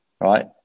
right